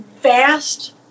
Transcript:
vast